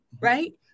right